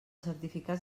certificats